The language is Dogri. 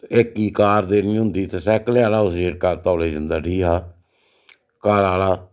ते इक गी कार देनी होंदी ते सैकले आह्ला उस शा जेह्का तौले जंदा उठी हा कारा आह्ला